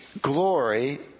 glory